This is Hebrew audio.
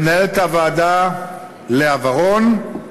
למנהלת הוועדה לאה ורון,